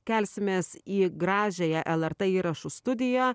kelsimės į gražiąją lrt įrašų studiją